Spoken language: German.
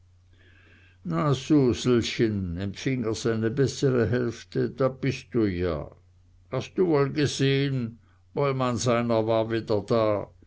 na suselchen empfing er seine beßre hälfte da bist du ja hast du woll gesehn bollmann seiner war wieder da